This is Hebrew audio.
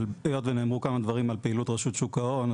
אבל היות ונאמרו כמה דברים על פעילות רשות שוק ההון,